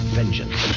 vengeance